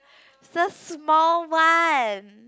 so small one